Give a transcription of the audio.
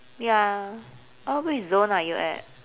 ya oh which zone are you at